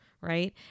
right